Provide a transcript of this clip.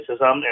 racism